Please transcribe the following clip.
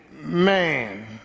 man